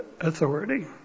authority